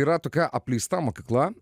yra tokia apleista mokykla